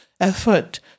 effort